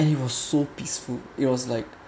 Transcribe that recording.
and it was so peaceful it was like